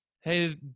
hey